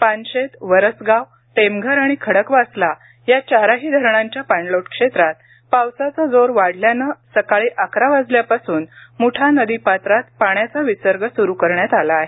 पानशेत वरसगाव टेमघर आणि खडकवासला या चारही धरणांच्या पाणलोट क्षेत्रात पावसाचा जोर वाढल्याने सकाळी अकरा वाजल्यापासून मुठा नदी पात्रात पाण्याचा विसर्ग सुरू करण्यात आला आहे